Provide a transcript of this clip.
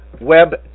web